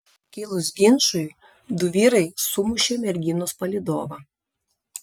kilus ginčui du vyrai sumušė merginos palydovą